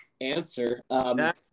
answer